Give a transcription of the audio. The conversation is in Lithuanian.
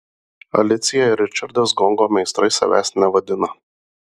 alicija ir ričardas gongo meistrais savęs nevadina